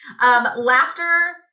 Laughter